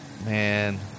Man